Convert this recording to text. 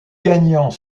gagnants